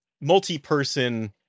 multi-person